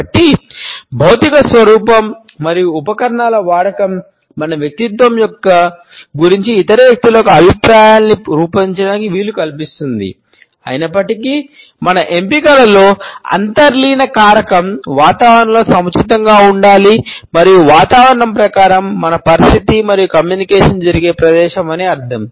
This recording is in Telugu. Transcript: కాబట్టి భౌతిక స్వరూపం మరియు ఉపకరణాల వాడకం మన వ్యక్తిత్వం గురించి ఇతర వ్యక్తులకు అభిప్రాయాలను రూపొందించడానికి వీలు కల్పిస్తుంది అయినప్పటికీ మన ఎంపికలలో అంతర్లీన కారకం వాతావరణంలో సముచితంగా ఉండాలి మరియు వాతావరణం ప్రకారం అంటే మన పరిస్థితి మరియు కమ్యూనికేషన్ జరిగే ప్రదేశం అని అర్ధం